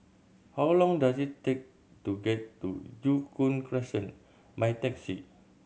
how long does it take to get to Joo Koon Crescent by taxi